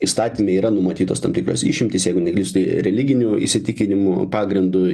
įstatyme yra numatytos tam tikros išimtys jeigu neklystu religinių įsitikinimų pagrindu